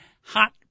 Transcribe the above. hot